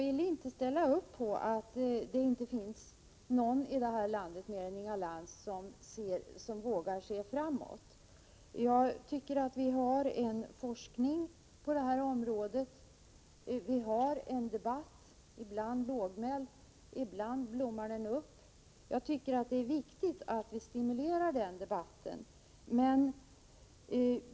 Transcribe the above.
Jag accepterar dock inte att det inte finns någon mer än Inga Lantz i det här landet som vågar se framåt. Vi har ju forskning på detta område, och vi har en debatt —- ibland är den lågmäld, ibland blommar den upp. Jag tycker att det är viktigt att vi stimulerar den debatten.